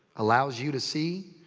allows you to see.